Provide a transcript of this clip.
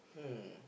hmm